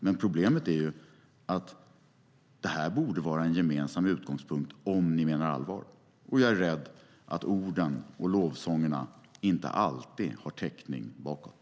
Men problemet är att det här borde vara en gemensam utgångspunkt om ni menar allvar, och jag är rädd att orden och lovsångerna inte alltid har täckning bakåt.